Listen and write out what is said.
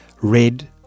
red